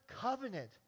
covenant